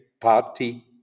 party